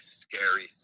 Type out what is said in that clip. scary